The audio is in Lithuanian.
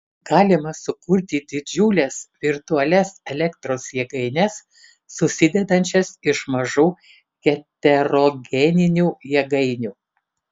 galima sukurti didžiules virtualias elektros jėgaines susidedančias iš mažų heterogeninių jėgainių